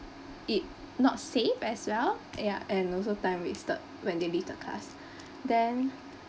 it not safe as well ya and also time wasted when they leave the class then